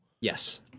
Yes